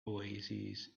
oasis